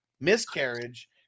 miscarriage